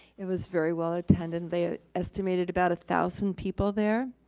it was very well-attended. they estimated about a thousand people there.